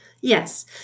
Yes